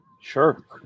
Sure